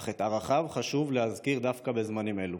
אך את ערכיו חשוב להזכיר דווקא בזמנים אלו.